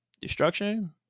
Destruction